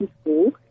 school